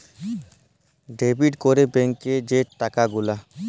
debit ক্যরে ব্যাংকে যে টাকা গুলা